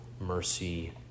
mercy